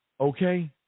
okay